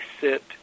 sit